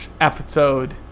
episode